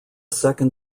second